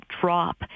drop